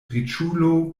riĉulo